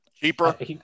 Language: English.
cheaper